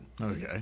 Okay